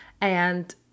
and-